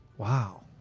wow!